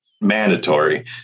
mandatory